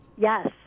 yes